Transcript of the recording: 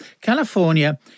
California